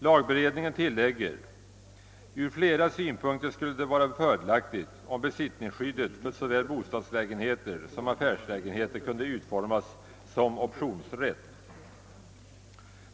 Lagberedningen tillägger att det ur flera synpunkter skulle vara fördelaktigt om besittningsskyddet för såväl bostadslägenheter som affärslägenheter kunde utformas som optionsrätt.